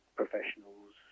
professionals